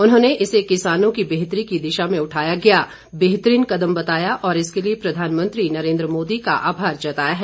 उन्होंने इसे किसानों की बेहतरी की दिशा में उठाया गया बेहतरीन कदम बताया और इसके लिए प्रधानमंत्री नरेन्द्र मोदी का आभार जताया है